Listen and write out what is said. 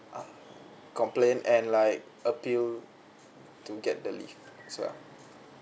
complaint and like appeal to get the leave as well